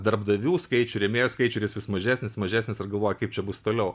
darbdavių skaičių rėmėjų skaičių ir jis vis mažesnis mažesnis ir galvoji kaip čia bus toliau